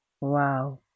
Wow